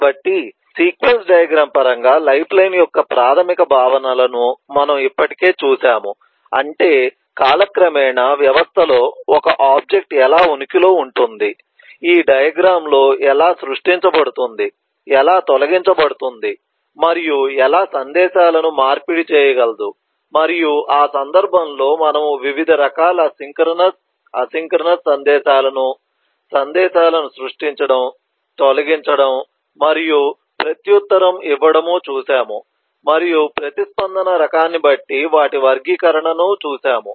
కాబట్టి sequence diagram పరంగా lifeline యొక్క ప్రాథమిక భావనలను మనం ఇప్పటికే చూశాము అంటే కాలక్రమేణా వ్యవస్థలో ఒక ఆబ్జెక్ట్ ఎలా ఉనికిలో ఉంటుంది ఈ డయాగ్రమ్ లో ఎలా సృష్టించబడుతుంది ఎలా తొలగించబడుతుంది మరియు ఎలా సందేశాలను మార్పిడి చేయగలదు మరియు ఆ సందర్భంలో మనము వివిధ రకాల సింక్రోనస్ అసింక్రోనస్ సందేశాలను సందేశాలను సృష్టించడం తొలగించడం మరియు ప్రత్యుత్తరం ఇవ్వడం చూశాము మరియు ప్రతిస్పందన రకాన్ని బట్టి వాటి వర్గీకరణను చూశాము